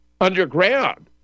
underground